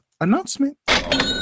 Announcement